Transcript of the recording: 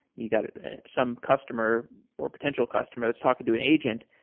you got some customer or potential customer that's talking to an agent.